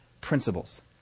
principles